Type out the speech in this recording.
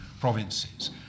provinces